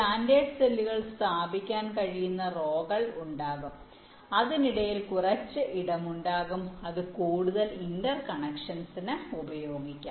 standard സെല്ലുകൾ സ്ഥാപിക്കാൻ കഴിയുന്ന റോകൾ ഉണ്ടാകും അതിനിടയിൽ കുറച്ച് ഇടം ഉണ്ടാകും അത് കൂടുതൽ ഇന്റർകണക്ഷൻസിന് ഉപയോഗിക്കാം